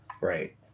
Right